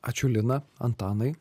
ačiū lina antanai